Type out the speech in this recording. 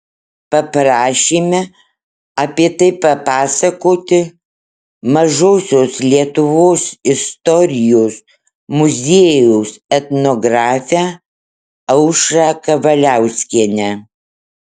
paprašėme apie tai papasakoti mažosios lietuvos istorijos muziejaus etnografę aušrą kavaliauskienę